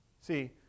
See